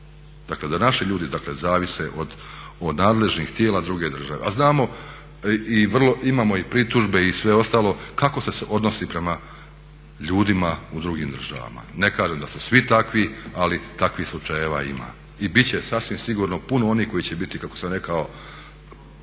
dakle da naši ljudi zavise od nadležnih tijela druge države, a znamo i imamo pritužbe i sve ostalo kako se odnosi prema ljudima u drugim državama. Ne kažem da su svi takvi, ali takvih slučajeva ima i bit će sasvim sigurno puno onih koji će biti kako sam rekao